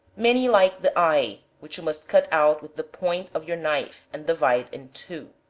many like the eye, which you must cut out with the point of your knife, and divide in two.